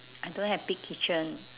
I don't have big kitchen